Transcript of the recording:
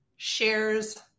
shares